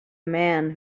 man